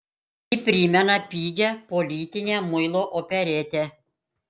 ji primena pigią politinę muilo operetę